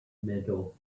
middle